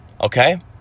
okay